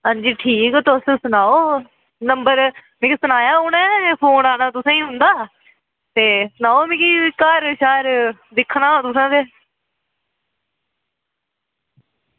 अंजी ठीक तुस सनाओ नंबर मिगी सनाया उनें फोन आए दा तुसेंगी उंदा ते सनाओ मिगी घर दिक्खना तुसें ते